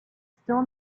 still